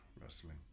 wrestling